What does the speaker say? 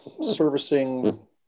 servicing